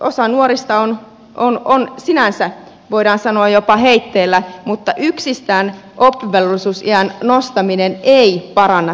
osa nuorista on sinänsä voidaan sanoa jopa heitteillä mutta yksistään oppivelvollisuusiän nostaminen ei paranna tätä tilannetta